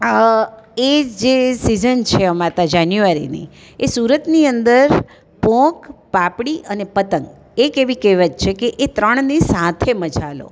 આ એ જે સિઝન છે અમારે ત્યાં જાન્યુઆરીની એ સુરતની અંદર પોંક પાપડી અને પતંગ એક એવી કહેવત છે કે એ ત્રણની સાથે મજા લો